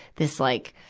this like,